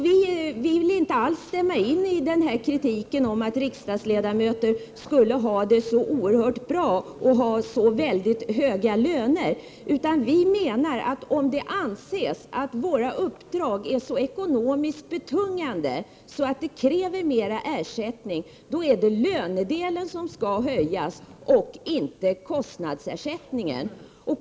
Vi vill inte alls stämma in i kritiken att riksdagsledamöter skulle ha det så oerhört bra och ha så väldigt höga löner, utan vi menar att om det anses att våra uppdrag är så ekonomiskt betungande att de kräver större ersättning, då är det lönedelen som skall höjas och inte kostnadsersättningen.